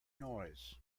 noise